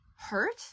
hurt